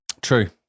True